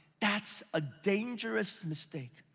that's a dangerous mistake.